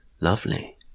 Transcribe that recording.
lovely